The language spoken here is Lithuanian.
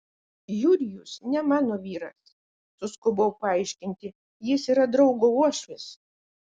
jurijus ne mano vyras suskubau paaiškinti jis yra draugo uošvis